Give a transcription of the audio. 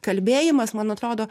kalbėjimas man atrodo